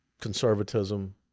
conservatism